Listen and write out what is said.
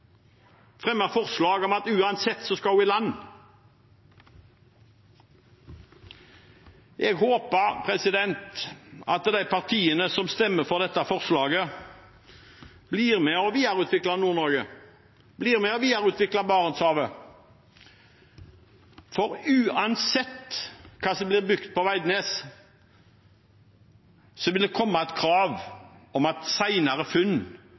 forslag om at den uansett skal i land. Jeg håper at de partiene som stemmer for dette forslaget, blir med og videreutvikler Nord-Norge, blir med og videreutvikler Barentshavet, for uansett hva som blir bygget på Veidnes, vil det komme et krav om at senere funn